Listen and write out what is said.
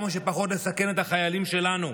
כמה שפחות לסכן את החיילים שלנו.